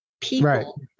people